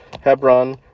Hebron